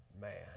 man